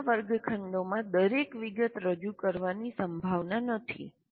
આજના વર્ગખંડોમાં દરેક વિગત રજૂ કરવાની સંભાવના નથી